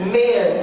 men